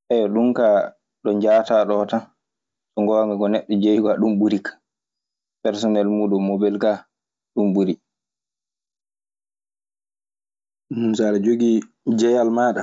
ɗun kaa ɗo njahataa ɗoo tan. So ngoonga, ko neɗɗo jeyi koo ɗun ɓuri kaa. Personel uuɗun mobel kaa, ɗun ɓuri. So aɗe jogiijeyal maaɗa,